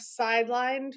sidelined